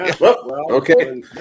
Okay